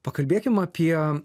pakalbėkim apie